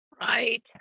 Right